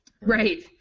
right